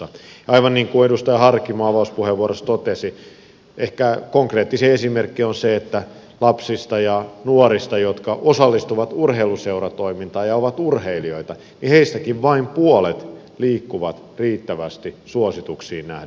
aivan niin kuin edustaja harkimo avauspuheenvuorossaan totesi ehkä konkreettisin esimerkki on se että lapsista ja nuorista jotka osallistuvat urheiluseuratoimintaan ja ovat urheilijoita vain puolet liikkuu riittävästi suosituksiin nähden